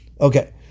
Okay